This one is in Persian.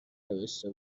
نوشته